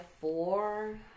four